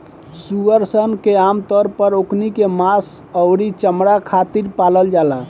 सूअर सन के आमतौर पर ओकनी के मांस अउरी चमणा खातिर पालल जाला